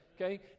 Okay